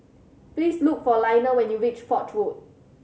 please look for Lionel when you reach Foch Road